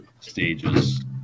stages